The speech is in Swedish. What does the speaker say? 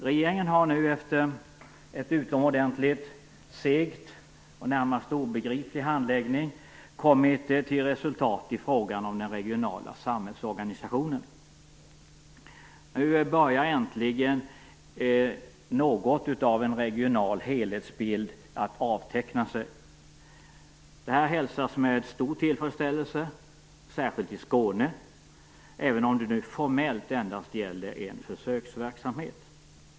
Regeringen har nu, efter en utomordentligt seg och närmast obegriplig handläggning, kommit till resultat i frågan om den regionala samhällsorganisationen. Nu börjar äntligen något av en regional helhetsbild att avteckna sig. Detta hälsas med stor tillfredsställelse, särskilt i Skåne, även om det nu formellt endast gäller en försöksverksamhet.